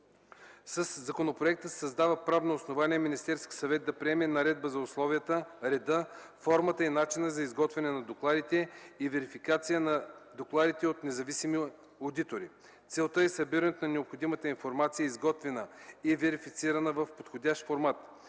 Със законопроекта се създава правно основание Министерският съвет да приеме наредба за условията, реда, формата и начина за изготвяне на докладите и за верификация на докладите от независими одитори. Целта е събирането на необходимата информация, изготвена и верифицирана в подходящ формат.